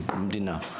פרטיים.